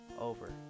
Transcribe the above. over